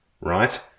right